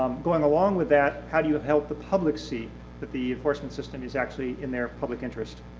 um going along with that, how do you help the public see that the enforcement system is actually in their public interest?